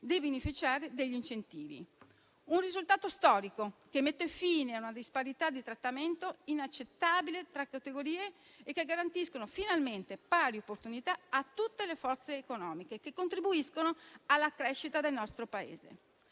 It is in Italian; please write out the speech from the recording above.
di beneficiare degli incentivi; un risultato storico che mette fine a una disparità di trattamento inaccettabile tra categorie e che garantisce finalmente pari opportunità a tutte le forze economiche che contribuiscono alla crescita del nostro Paese.